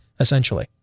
essentially